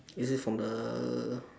is this from the